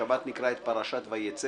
בשבת נקרא את פרשת "ויצא".